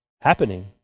happening